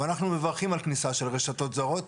אנחנו מברכים על כניסה של רשתות זרות.